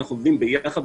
אנחנו עובדים ביחד,